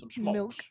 milk